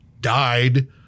died